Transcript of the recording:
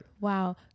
Wow